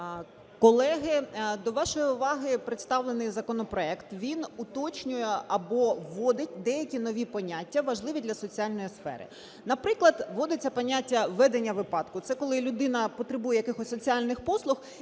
Колеги, до вашої уваги представлений законопроект, він уточнює або вводить деякі нові поняття, важливі для соціальної сфери. Наприклад, вводиться поняття "ведення випадку". Це коли людина потребує якихось соціальних послуг,